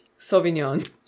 Sauvignon